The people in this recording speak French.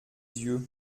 yeux